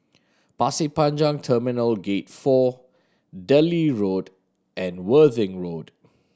Pasir Panjang Terminal Gate Four Delhi Road and Worthing Road